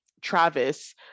Travis